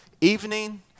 evening